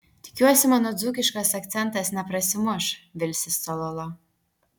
tikiuosi mano dzūkiškas akcentas neprasimuš vilsis cololo